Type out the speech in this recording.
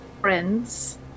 friends